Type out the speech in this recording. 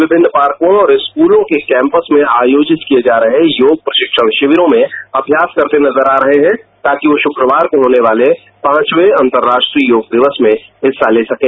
विभिन्न पार्कों और स्कलों के कैम्पस में आयोजित किए जा रहे योग प्रषिक्षण विविरों में अभ्यास करते नजर आ रहे हैं ताकि वो षुक्रवार को होने वाले पांचवे अंतरश्ट्रीय योग दिवस कार्यक्रमों में हिस्सा ले सकें